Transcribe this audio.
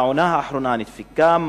העונה האחרונה נדפקה.